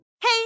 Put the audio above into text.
Hey